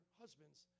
husbands